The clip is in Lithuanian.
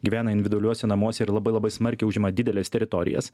gyvena individualiuose namuose ir labai labai smarkiai užima dideles teritorijas